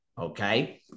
okay